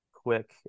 quick